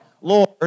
Lord